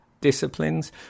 disciplines